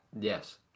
Yes